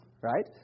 right